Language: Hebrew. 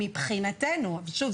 שוב,